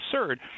absurd